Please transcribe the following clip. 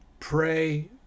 Pray